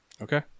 Okay